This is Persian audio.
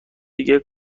دیگه